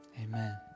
Amen